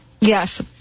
Yes